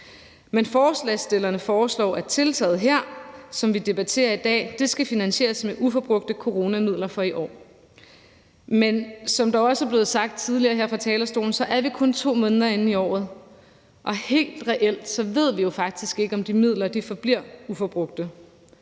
Men forslagsstillerne foreslår, at tiltaget her, som vi debatterer i dag, skal finansieres med uforbrugte coronamidler fra i år, men som det også er blevet sagt tidligere her fra talerstolen, så er vi kun 2 måneder inde i året, og helt reelt ved vi jo faktisk ikke, om de midler forbliver ubrugte,